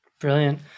brilliant